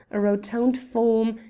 a rotund form,